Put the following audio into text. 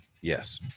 Yes